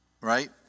right